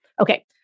Okay